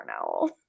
owl